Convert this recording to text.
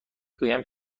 گویم